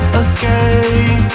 escape